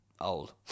old